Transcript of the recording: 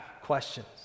questions